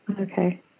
Okay